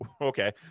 Okay